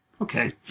okay